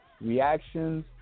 reactions